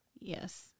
Yes